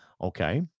Okay